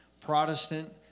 Protestant